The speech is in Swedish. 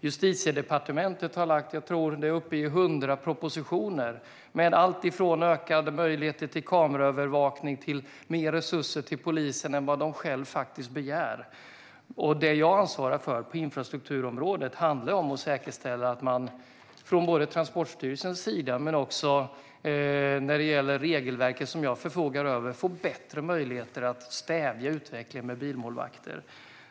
Justitiedepartementet har lagt fram 100 propositioner, tror jag att det är uppe i, med alltifrån ökade möjligheter till kameraövervakning till mer resurser till polisen än vad den själv begär. Det jag ansvarar för på infrastrukturområdet handlar om att säkerställa att man från Transportstyrelsens sida men också när det gäller regelverket som jag förfogar över får bättre möjligheter att stävja utvecklingen med bilmålvakter.